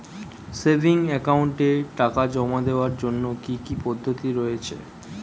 Savings একাউন্টে টাকা জমা দেওয়ার জন্য কি কি পদ্ধতি রয়েছে?